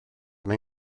mae